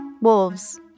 Wolves